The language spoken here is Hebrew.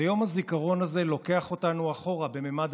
ויום הזיכרון הזה לוקח אותנו אחורה בממד